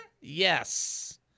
Yes